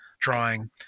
drawing